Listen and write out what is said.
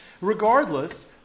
Regardless